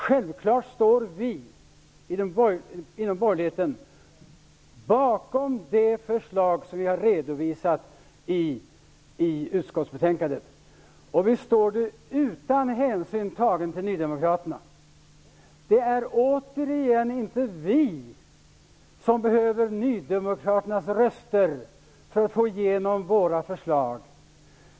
Självklart står vi inom borgerligheten bakom det förslag som vi har redovisat i utskottsbetänkandet, utan hänsyn tagen till nydemokraterna. Det är återigen inte vi som behöver nydemokraternas röster för att få igenom våra förslag.